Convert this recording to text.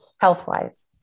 health-wise